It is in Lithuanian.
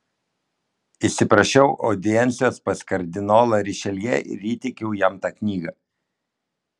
įsiprašiau audiencijos pas kardinolą rišeljė ir įteikiau jam tą knygą